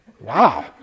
Wow